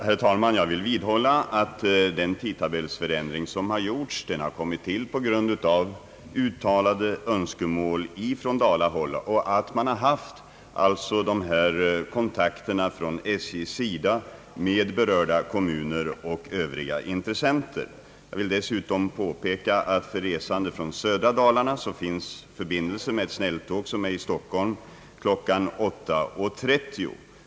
Herr talman! Jag vill vidhålla att den tidtabellsförändring som har gjorts har kommit till på grund av uttalade önskemål från Dalahåll och att man har haft de här kontakterna från SJ:s sida med berörda kommuner och övriga intressenter. Jag vill dessutom påpeka att för resande från södra Dalarna finns förbindelse med snälltåg som är i Stockholm kl. 8.30.